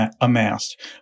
amassed